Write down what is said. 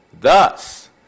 thus